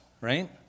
right